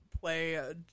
play